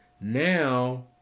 now